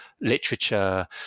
literature